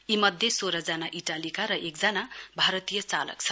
यी मध्ये सोह्रजना इटालीका र एकजना भारतीय चालक छन्